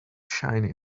shiny